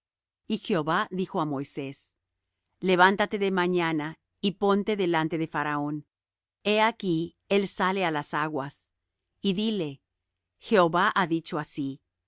y jehová dijo á moisés levántate de mañana y ponte delante de faraón he aquí él sale á las aguas y dile jehová ha dicho así